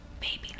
baby